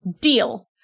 deal